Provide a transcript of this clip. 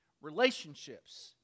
relationships